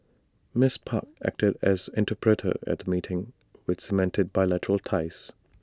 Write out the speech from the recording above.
miss park acted as interpreter at meeting which cemented bilateral ties